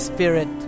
Spirit